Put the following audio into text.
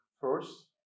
First